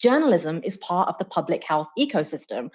journalism is part of the public health ecosystem.